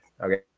Okay